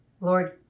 Lord